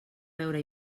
veure